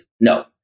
no